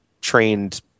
trained